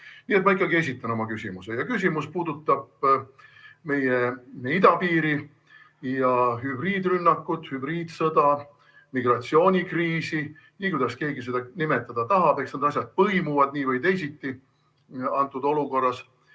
ma ikkagi esitan oma küsimuse ja küsimus puudutab meie idapiiri ja hübriidrünnakut, hübriidsõda, migratsioonikriisi – nii, kuidas keegi seda nimetada tahab, eks need asjad põimuvad antud olukorras